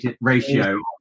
ratio